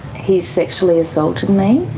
he sexually assaulted me?